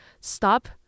stop